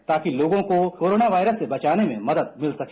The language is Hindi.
ताकि लोगों को कोरोना वायरस से बचाने में मदद मिल सके